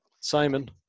Simon